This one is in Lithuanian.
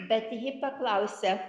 bet ji paklausia